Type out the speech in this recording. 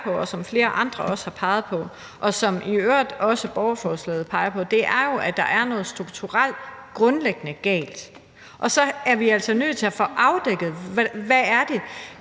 og som flere andre også har peget på, og som i øvrigt også borgerforslaget peger på, er jo, at der er noget strukturelt grundlæggende galt. Så er vi altså nødt til at få afdækket, hvad det